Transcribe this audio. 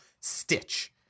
Stitch